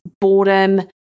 boredom